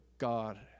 God